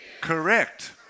correct